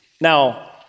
Now